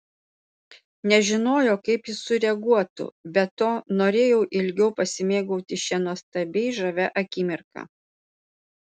nežinojo kaip jis sureaguotų be to norėjau ilgiau pasimėgauti šia nuostabiai žavia akimirka